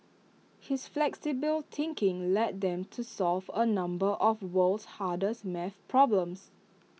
his flexible thinking led them to solve A number of world's hardest math problems